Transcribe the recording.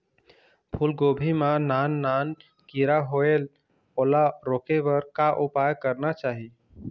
फूलगोभी मां नान नान किरा होयेल ओला रोके बर का उपाय करना चाही?